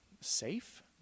safe